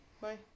bye